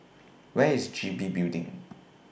Where IS G B Building